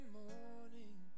morning